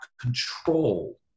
control